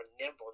nimble